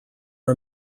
are